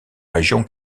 région